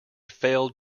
failed